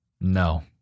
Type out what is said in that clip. no